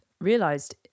realized